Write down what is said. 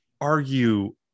argue